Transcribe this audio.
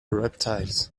reptiles